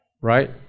right